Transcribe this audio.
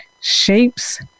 shapes